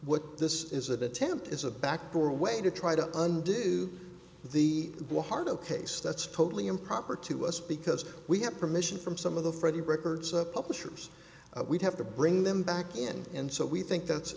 what this is a bit attempt is a backdoor way to try to undo the blow hard of case that's totally improper to us because we have permission from some of the freddie records publishers we have to bring them back in and so we think that's